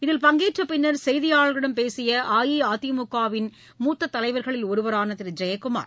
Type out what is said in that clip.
இதில் பங்கேற்றப் பின்னர் செய்தியாளர்களிடம் பேசியஅஇஅதிமுகவின் மூத்ததலைவர்களில் ஒருவரானதிருஜெயக்குமார்